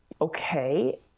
Okay